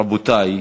רבותי,